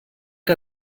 que